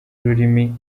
ururimi